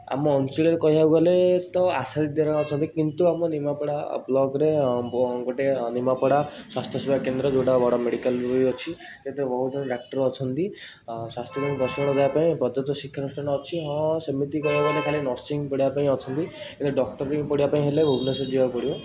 ଆମ ଅଞ୍ଚଳରେ କହିବାକୁ ଗଲେ ତ ଆଶା ଦିଦି ହେରିକା ଅଛନ୍ତି କିନ୍ତୁ ଆମ ନିମାପଡ଼ା ବ୍ଲକର ଗୋଟେ ନିମାପଡ଼ା ସ୍ୱାସ୍ଥ୍ୟସେବା କେନ୍ଦ୍ର ଯେଉଁଟା ବଡ଼ ମେଡ଼ିକାଲ ବି ଅଛି ଏଠି ବହୁତ ଜଣ ଡକ୍ଟର ଅଛନ୍ତି ଆଉ ସ୍ୱାସ୍ଥ୍ୟକେନ୍ଦ୍ରରେ ଦଶଜଣ ରହିବାପାଇଁ ବଜେଟ୍ ଶିକ୍ଷା ଅନୁଷ୍ଠାନ ଅଛି ହଁ ସେମିତି କହିବାକୁ ଗଲେ ଖାଲି ନର୍ସିଙ୍ଗ ପଢ଼ିବା ପାଇଁ ଅଛନ୍ତି ହେଲେ ଡକ୍ଟରିଙ୍ଗ ପଢ଼ିବାପାଇଁ ହେଲେ ଭୁବନେଶ୍ୱର ଯିବାକୁ ପଡ଼ିବ